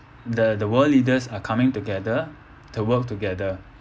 the the world leaders are coming together to work together